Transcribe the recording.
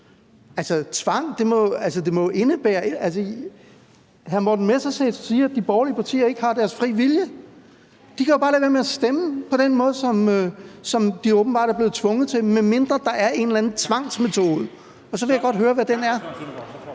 blevet tvunget til det. Hr. Morten Messerschmidt siger, at de borgerlige partier ikke har deres frie vilje. De kan jo bare lade være med at stemme på den måde, som de åbenbart er blevet tvunget til, medmindre der er en eller anden tvangsmetode, og så vil jeg godt høre, hvad den er.